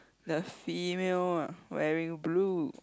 the female ah wearing blue